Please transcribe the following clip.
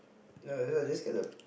err that's why just get the